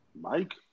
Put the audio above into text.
Mike